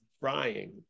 frying